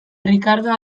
rikardo